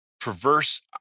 perverse